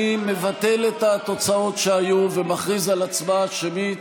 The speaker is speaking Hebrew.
אני מבטל את התוצאות שהיו ומכריז על הצבעה שמית.